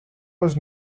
was